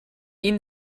ihn